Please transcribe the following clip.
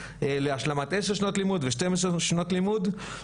להשלמת תשע שנות לימוד ושתיים עשרה שנות לימוד.